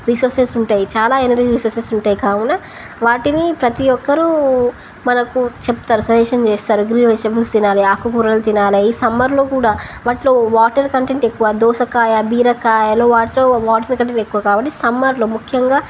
resources ఉంటాయి చాలా energy resources ఉంటాయి కావున వాటిని ప్రతి ఒక్కరూ మనకు చెప్తారు సజెషన్ చేస్తారు గ్రీన్ వెజిటబుల్స్ తినాలి ఆకుకూరలు తినాలి ఈ సమ్మర్లో కూడా వాటిలో వాటర్ కంటెంట్ ఎక్కువ దోసకాయ బీరకాయ లో వాటర్ వాటర్ కంటెంట్ ఎక్కువ కాబట్టి సమ్మర్లో ముఖ్యంగా